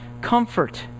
comfort